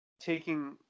taking